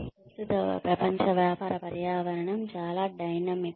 ప్రస్తుత ప్రపంచ వ్యాపార పర్యావరణం చాలా డైనమిక్